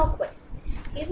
clockwise যাবে